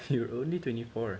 you only twenty four